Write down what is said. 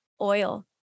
oil